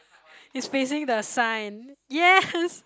is facing the sign yes